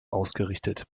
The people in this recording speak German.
ausgerichtet